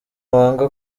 wanga